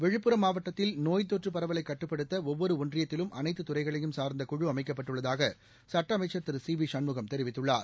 விழுப்புரம் மாவட்டத்தில் நோய் தொற்று பரவலை கட்டுப்படுத்த ஒவ்வொரு ஒன்றியத்திலும் அனைத்துத் துறைகளையும் சார்ந்த குழு அமைக்கப்பட்டுள்ளதாக சுட்ட அமைக்கள் திரு சி வி சண்முகம் தெரிவித்துள்ளார்